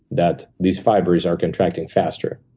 that these fibers are contracting faster,